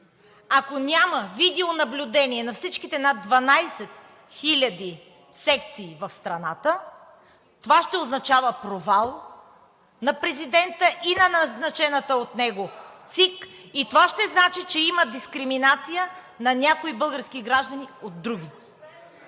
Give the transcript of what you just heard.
ако няма видеонаблюдение на всичките над 12 хиляди секции в страната, това ще означава провал на президента и на назначената от него ЦИК. Това ще значи, че има дискриминация на някои български граждани от други.